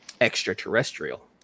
extraterrestrial